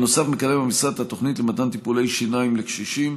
כמו כן המשרד מקדם את התוכנית למתן טיפולי שיניים לקשישים,